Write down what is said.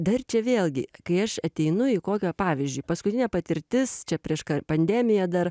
dar čia vėlgi kai aš ateinu į kokią pavyzdžiui paskutinė patirtis čia prieš pandemiją dar